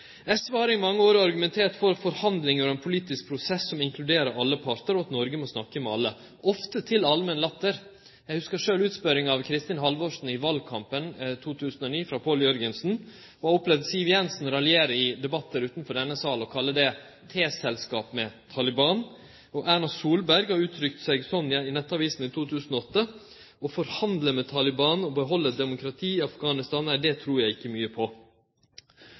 SV har i mange år argumentert for forhandlingar og ein politisk prosess som inkluderer alle partar, og for at Noreg må snakke med alle, ofte til allmenn latter. Eg hugsar sjølv utspørjinga som Pål T. Jørgensen hadde av Kristin Halvorsen i valkampen i 2009, og eg har opplevd Siv Jensen i debattar utanfor denne salen raljere over det og kalle det teselskap med Taliban. Erna Solberg uttrykte seg slik til Nettavisen i 2008: «Å forhandle med Taliban og beholde et demokrati i Afghanistan, nei, det tror jeg ikke mye på.»